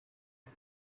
and